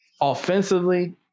offensively